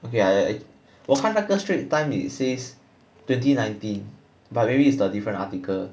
okay I 我看那个 Straits Times it says twenty nineteen but maybe it's the different article